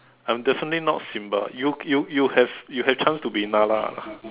I'm definitely not Simba you you you have you have chance to be Nala